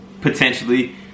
Potentially